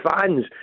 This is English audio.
fans